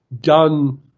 done